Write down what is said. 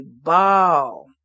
ball